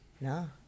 No